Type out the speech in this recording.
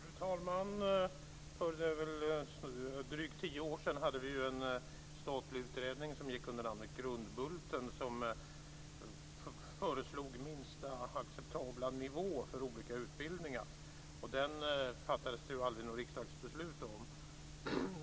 Fru talman! För drygt tio år sedan hade vi en statlig utredning som gick under namnet Grundbulten som föreslog minsta acceptabla nivå för olika utbildningar. Den fattades det aldrig något riksdagsbeslut om.